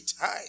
time